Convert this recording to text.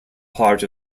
part